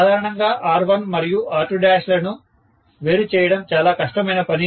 సాధారణంగా R1 మరియు R2 లను వేరు చేయడం చాల కష్టమైన పని